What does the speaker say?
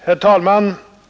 Herr talman!